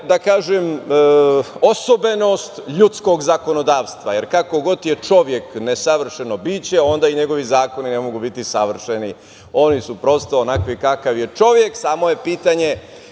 to je osobenost ljudskog zakonodavstva, jer kako god je čovek nesavršeno biće, onda i njegovi zakoni ne mogu biti savršeni. Oni su prosto onakvi kakav je čovek, samo je pitanje